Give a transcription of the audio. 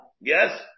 Yes